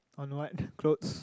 on what clothes